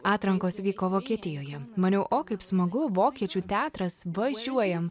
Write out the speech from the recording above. atrankos vyko vokietijoje maniau o kaip smagu vokiečių teatras važiuojam